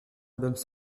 albums